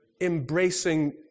Embracing